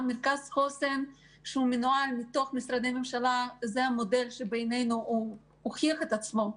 מרכז חוסן שמנוהל מתוך משרדי ממשלה הוא המודל שבעינינו הוכיח את עצמו.